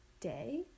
day